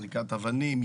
זריקת אבנים,